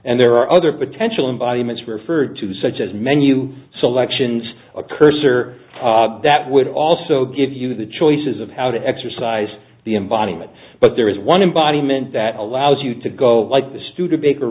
and there are other potential embodiments referred to such as menu selections a cursor that would also give you the choices of how to exercise the embodiment but there is one embodiment that allows you to go like this studebaker